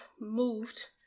moved